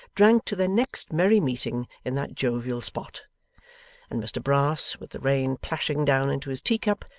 drank to their next merry-meeting in that jovial spot and mr brass, with the rain plashing down into his tea-cup,